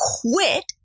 quit